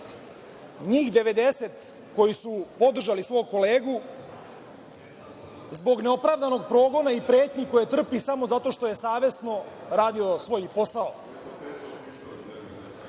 njih 90 koji su podržali svog kolegu zbog neopravdanog progona i pretnji koje trpi samo zato što je savesno radio svoj